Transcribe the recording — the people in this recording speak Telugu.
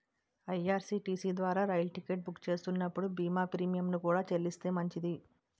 ఐ.ఆర్.సి.టి.సి ద్వారా రైలు టికెట్ బుక్ చేస్తున్నప్పుడు బీమా ప్రీమియంను కూడా చెల్లిస్తే మంచిది